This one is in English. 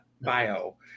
bio